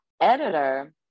editor